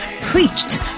preached